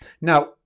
Now